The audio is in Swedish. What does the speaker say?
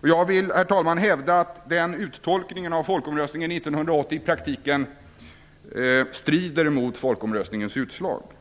Jag vill, herr talman, hävda att uttolkningen av folkomröstningen i praktiken strider mot folkomröstningens utslag. Herr talman!